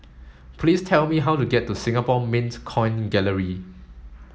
please tell me how to get to Singapore Mint Coin Gallery